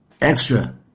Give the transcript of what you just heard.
extra